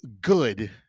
good